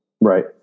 right